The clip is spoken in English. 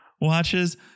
watches